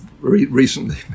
recently